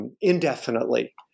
indefinitely